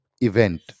event